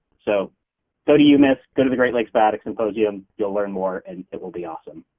so go to umis, go to the great lakes paddock symposium you'll learn more and it will be awesome.